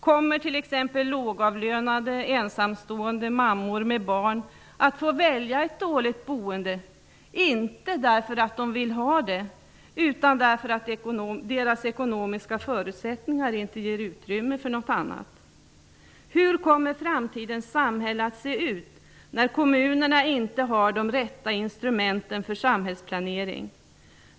Kommer t.ex. lågavlönade ensamstående kvinnor med barn att få välja ett dåligt boende, inte därför att de vill ha det, utan därför att deras ekonomiska förutsättningar inte ger utrymme för något annat? Hur kommer framtidens samhälle att se ut när kommunerna inte har de rätta instrumenten för samhällsplanering?